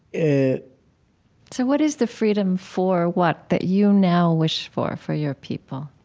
ah so what is the freedom for what that you now wish for, for your people?